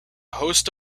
host